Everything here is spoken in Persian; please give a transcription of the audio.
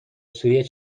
سوری